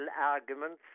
arguments